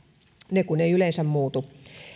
ne kun eivät yleensä muutu